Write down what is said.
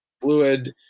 fluid